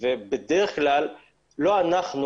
בדרך כלל לא אנחנו,